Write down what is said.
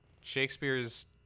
Shakespeare's